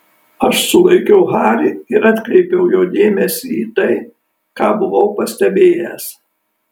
aš sulaikiau harį ir atkreipiau jo dėmesį į tai ką buvau pastebėjęs